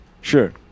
Sure